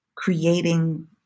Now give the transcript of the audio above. creating